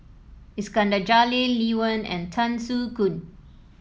Iskandar Jalil Lee Wen and Tan Soo Khoon